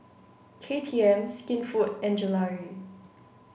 K T M Skinfood and Gelare